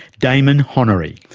damon honnery.